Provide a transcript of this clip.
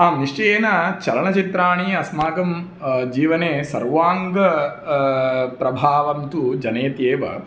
आम् निश्चयेन चलनचित्राणि अस्माकं जीवने सर्वाङ्गं प्रभावं तु जनयन्ति एव